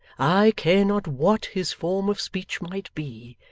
i care not what his form of speech might be,